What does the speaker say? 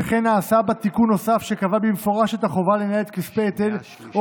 וכן נעשה בה תיקון נוסף שקבע במפורש את החובה לנהל את כספי ההיטל או